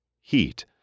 Heat